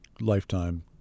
lifetime